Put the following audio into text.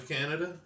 Canada